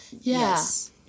Yes